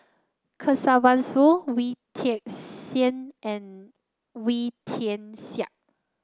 Kesavan Soon Wee Tian Siak and Wee Tian Siak